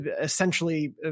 Essentially